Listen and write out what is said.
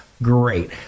Great